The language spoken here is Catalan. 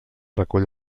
recull